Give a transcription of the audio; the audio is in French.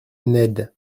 ned